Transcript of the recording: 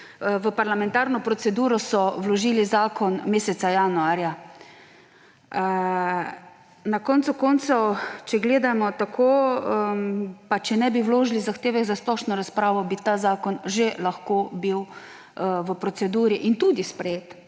V parlamentarno proceduro so vložili zakon meseca januarja. Na koncu koncev, če gledamo tako pa če ne bi vložili zahteve za splošno razpravo, bi ta zakon že lahko bil v proceduri in tudi sprejet.